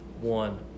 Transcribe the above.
one